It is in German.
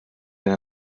wenn